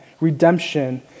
redemption